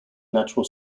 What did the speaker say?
natural